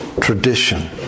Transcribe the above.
tradition